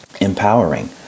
empowering